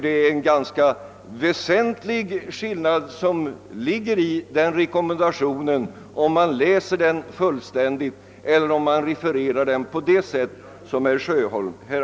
Det är en ganska väsentlig skillnad om man läser rekommendationen fullständigt eller om man refererar den på det sätt som herr Sjöholm gjorde.